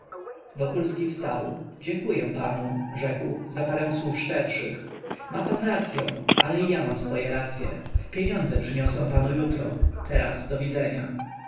kaprysowi wokulski wstał dziękuję panu rzekł za parę słów szczerszych ma pan racyą ale i ja mam moje racye pieniądze przyniosę panu jutro teraz do widzenia